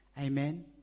Amen